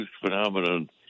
phenomenon